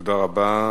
תודה רבה.